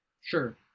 sure